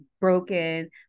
broken